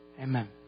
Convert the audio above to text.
Amen